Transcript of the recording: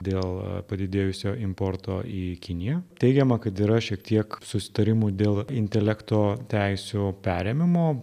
dėl padidėjusio importo į kiniją teigiama kad yra šiek tiek susitarimų dėl intelekto teisių perėmimo